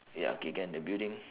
ya K can the building